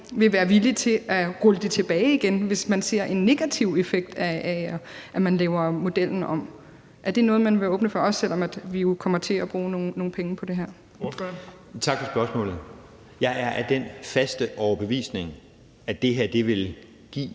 vil være villig til at rulle det tilbage igen, hvis man ser en negativ effekt af, at man laver modellen om. Er det noget, man vil være åben for, også selv om vi jo kommer til at bruge nogle penge på det her? Kl. 15:28 Den fg. formand (Erling